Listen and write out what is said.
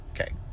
Okay